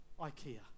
Ikea